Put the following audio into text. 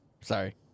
Sorry